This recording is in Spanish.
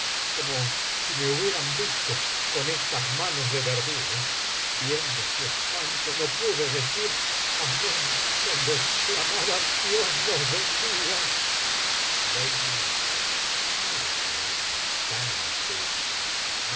como si me hubieran visto con estas manos de verdugo viendo su espanto no pude decir amén cuando exclamaban dios nos bendiga lady mac no lo tomes tan á pecho